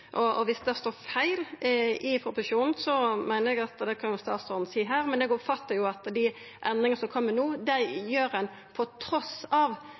Viss det står feil i proposisjonen, kan jo statsråden seia det her, men eg oppfattar at dei endringane som kjem no, dei gjer ein